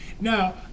Now